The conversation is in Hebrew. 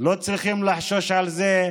לא צריכים לחשוש מזה,